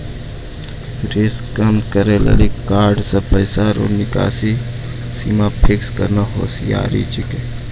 risk कम करै लेली कार्ड से पैसा रो निकासी सीमा फिक्स करना होसियारि छिकै